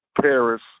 Paris